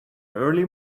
early